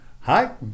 Hi